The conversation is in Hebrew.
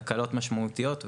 הקלות משמעותיות,